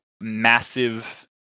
massive